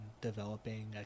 developing